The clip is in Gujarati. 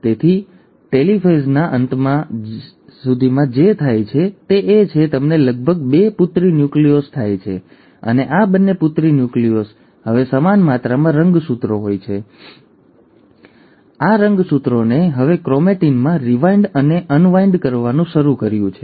તેથી ટેલોફેઝના અંત સુધીમાં જે થાય છે તે એ છે કે તમને લગભગ બે પુત્રી ન્યુક્લિયસ થાય છે અને આ બંને પુત્રી ન્યુક્લિયસમાં હવે સમાન માત્રામાં રંગસૂત્રો હોય છે અને રંગસૂત્રોએ હવે ક્રોમેટિનમાં રિવાઇન્ડ અને અનવાઇન્ડ કરવાનું શરૂ કર્યું છે